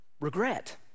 regret